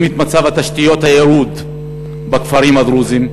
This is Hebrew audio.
את מצב התשתיות הירוד בכפרים הדרוזיים,